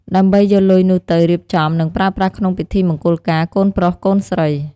ដើម្បីយកលុយនោះទៅ រៀបចំ និងប្រើប្រាស់ក្នុងពិធីមង្គលការកូនប្រុស កូនស្រី។